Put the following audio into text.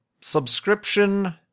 subscription